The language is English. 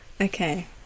Okay